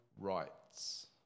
rights